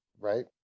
right